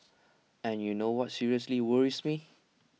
and you know what seriously worries me